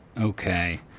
Okay